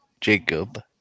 Jacob